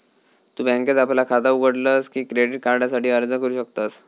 तु बँकेत आपला खाता उघडलस की क्रेडिट कार्डासाठी अर्ज करू शकतस